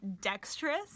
dexterous